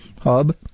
hub